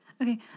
Okay